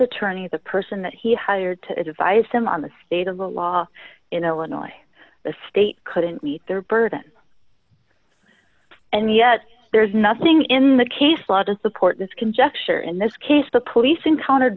attorney the person that he hired to devise them on the state of the law in illinois the state couldn't meet their burden and yet there's nothing in the case law to support this conjecture in this case the police encountered